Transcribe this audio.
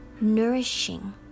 nourishing